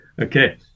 Okay